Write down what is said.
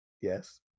Yes